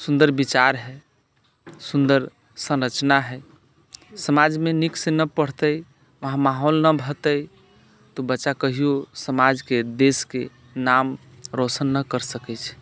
सुन्दर विचार हइ सुन्दर संरचना हइ समाजमे नीकसँ न पढ़तै वहाँ माहौल न भऽतै तऽ बच्चा कहिओ समाजके देशके नाम रौशन न करि सकैत छै